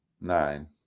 Nine